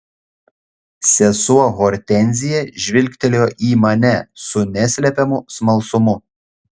sesuo hortenzija žvilgtelėjo į mane su neslepiamu smalsumu